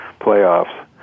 playoffs